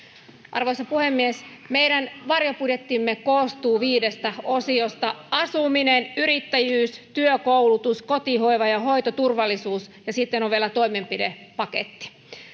arvoisa puhemies meidän varjobudjettimme koostuu viidestä osiosta asuminen yrittäjyys työ koulutus kotihoiva ja hoitoturvallisuus ja sitten on vielä toimenpidepaketti